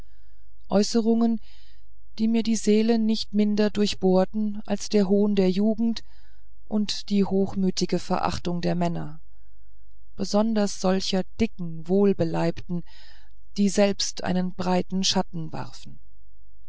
äußerungen die mir die seele nicht minder durchbohrten als der hohn der jugend und die hochmütige verachtung der männer besonders solcher dicken wohlbeleibten die selbst einen breiten schatten warfen